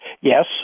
yes